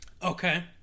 Okay